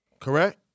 correct